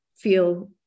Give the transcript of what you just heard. feel